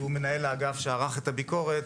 שהוא מנהל האגף שערך את הביקורת,